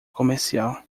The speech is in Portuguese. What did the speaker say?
comercial